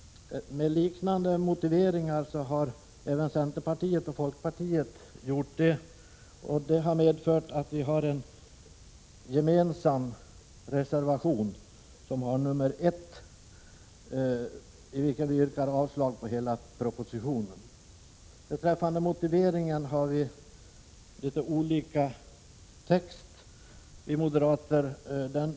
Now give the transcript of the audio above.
Med liknande motiveringar har även centerpartiet och folkpartiet gjort detta. Det har medfört att det finns en gemensam reservation som har nr 1, i vilken vi yrkar avslag på hela propositionen. Beträffande motiveringen har vi litet olika text.